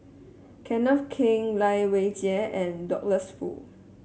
Kenneth Keng Lai Weijie and Douglas Foo